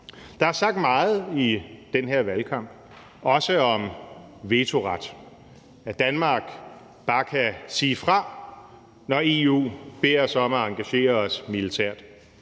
Der er sagt meget i den her valgkamp, også om vetoret, altså at Danmark bare kan sige fra, når EU beder os om at engagere os militært.